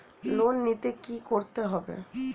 Loan নিতে কী করতে হবে?